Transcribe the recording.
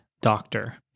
doctor